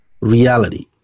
Reality